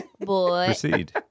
Proceed